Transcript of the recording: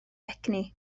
egni